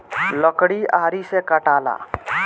लकड़ी आरी से कटाला